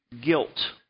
guilt